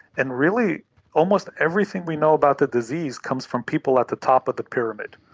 and really almost everything we know about the disease comes from people at the top of the pyramid,